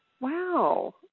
Wow